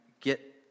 get